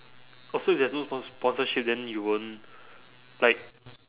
oh so if there's no spon~ sponsorship then you won't like